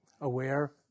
Aware